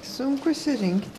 sunku išsirinkt